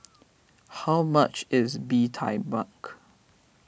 how much is Bee Tai Mak